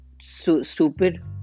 stupid